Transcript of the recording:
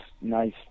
nice